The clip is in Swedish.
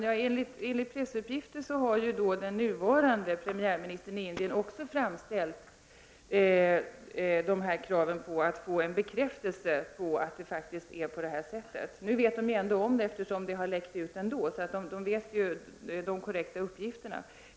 Herr talman! Enligt pressuppgifter har den nuvarande premiärministern i Indien också framställt krav på att få en bekräftelse på hur det faktiskt förhåller sig. Man vet ju hur det är, eftersom uppgifter har läckt ut. Man känner alltså till de korrekta uppgifterna.